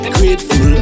Grateful